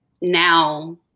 now